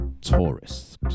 tourists